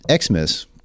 Xmas